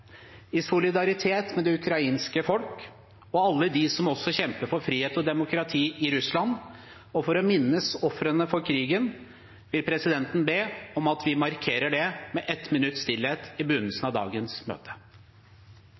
I solidaritet med det ukrainske folk og alle de som også kjemper for frihet og demokrati i Russland, og for å minnes ofrene for krigen, vil presidenten be om at vi markerer det med ett minutts stillhet i begynnelsen av dagens møte.